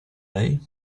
lei